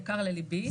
יקר לליבי,